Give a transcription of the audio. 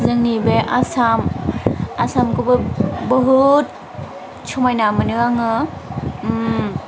जोंनि बे आसाम आसामखौबो बहुद समायना मोनो आङो